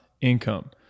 income